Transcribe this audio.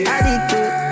Addicted